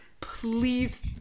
please